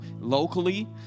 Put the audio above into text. locally